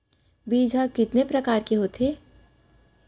बीज ह कितने प्रकार के होथे?